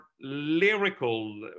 lyrical